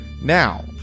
Now